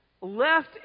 left